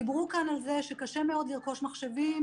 דיבר כאן על זה שקשה מאוד לרכוש מחשבים